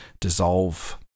dissolve